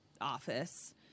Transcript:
office